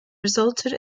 resulted